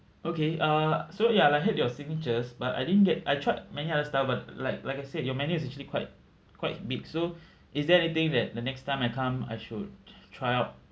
okay uh so ya I had your signatures but I didn't get I tried many other stuff but like like I said your menu is usually quite quite big so is there anything that the next time I come I should try out